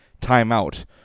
timeout